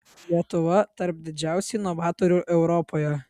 lietuva tarp didžiausių inovatorių europoje